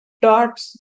dots